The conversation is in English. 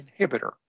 inhibitor